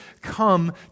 come